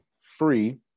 free